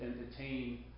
entertain